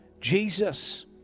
Jesus